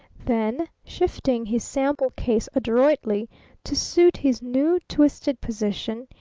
then, shifting his sample-case adroitly to suit his new twisted position,